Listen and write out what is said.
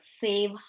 save